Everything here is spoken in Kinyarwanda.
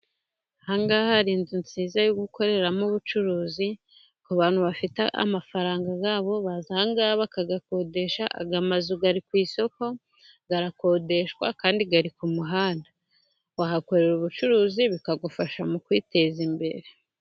Aha ngaha hari inzu nziza yo gukoreramo ubucuruzi ku bantu bafite amafaranga yabo, baza aha ng'aha bakayikodesha. Iyi nzu iri ku isoko irakodeshwa, kandi iri ku muhanda, wahakorera ubucuruzi bikagufasha mu kwiteza imbere.